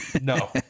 No